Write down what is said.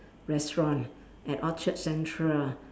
restaurant at Orchard Central